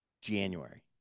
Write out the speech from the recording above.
january